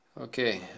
Okay